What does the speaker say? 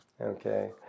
Okay